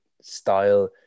Style